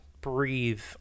breathe